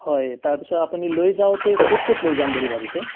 হয় তাৰপিছত আপুনি লৈ যাওঁতে ক'ত ক'ত লৈ যাম বুলি ভাবিছে